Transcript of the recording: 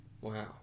Wow